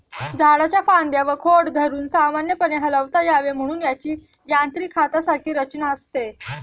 झाडाच्या फांद्या व खोड धरून सामान्यपणे हलवता यावे म्हणून त्याची यांत्रिक हातासारखी रचना असते